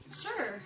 Sure